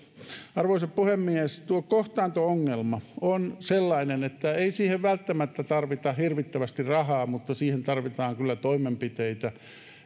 arvoisa puhemies tuo kohtaanto ongelma on sellainen että ei siihen välttämättä tarvita hirvittävästi rahaa mutta siihen tarvitaan kyllä toimenpiteitä